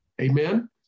amen